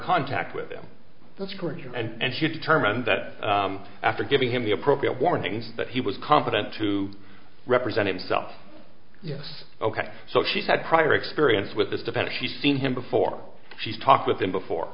contact with them that's correct and she determined that after giving him the appropriate warnings that he was confident to represent himself yes ok so she's had prior experience with this defense she's seen him before she's talked with him before